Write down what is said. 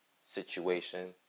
situation